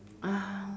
uh